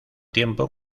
tiempo